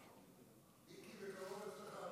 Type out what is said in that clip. מיקי, בקרוב אצלך.